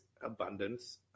Abundance